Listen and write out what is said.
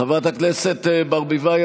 חברת הכנסת ברביבאי,